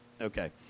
Okay